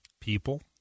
people